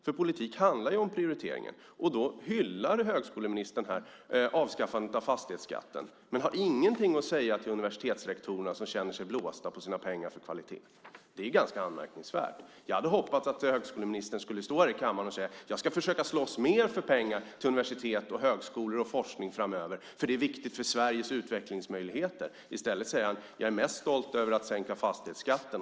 För politik handlar om prioriteringar, och då hyllar högskoleministern avskaffandet av fastighetsskatten men har ingenting att säga till universitetsrektorerna som känner sig blåsta på sina pengar för kvalitet. Det är ganska anmärkningsvärt. Jag hade hoppats att högskoleministern skulle stå här i kammaren och säga: Jag ska försöka slåss för mer pengar till universitet, högskolor och forskning framöver, för det är viktigt för Sveriges utvecklingsmöjligheter. I stället säger han: Jag är mest stolt över att sänka fastighetsskatten.